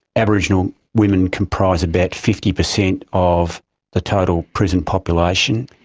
aboriginal women comprise about fifty percent of the total prison population,